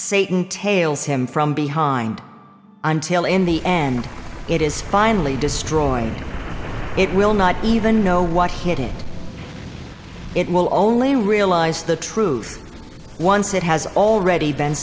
satan tails him from behind until in the end it is finally destroyed it will not even know what hit it it will only realize the truth once it has already been